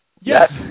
Yes